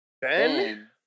Ben